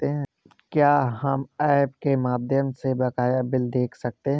क्या हम ऐप के माध्यम से बकाया बिल देख सकते हैं?